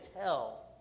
tell